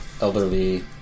elderly